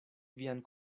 vian